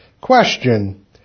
Question